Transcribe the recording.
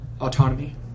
autonomy